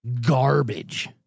Garbage